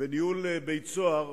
בניהול בית-סוהר,